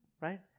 right